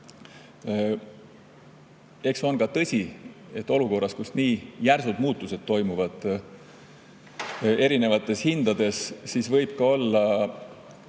Eks on ka tõsi, et olukorras, kus nii järsud muutused toimuvad erinevates hindades, võib olla